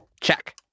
Check